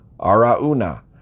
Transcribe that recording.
Arauna